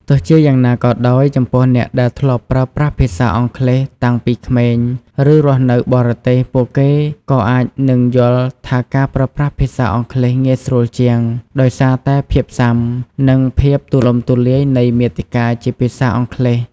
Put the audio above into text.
ទោះជាយ៉ាងណាក៏ដោយ ចំពោះអ្នកដែលធ្លាប់ប្រើប្រាស់ភាសាអង់គ្លេសតាំងពីក្មេង ឬរស់នៅបរទេស ពួកគេក៏អាចនឹងយល់ថាការប្រើប្រាស់ភាសាអង់គ្លេសងាយស្រួលជាង ដោយសារតែភាពស៊ាំ និងភាពទូលំទូលាយនៃមាតិកាជាភាសាអង់គ្លេស។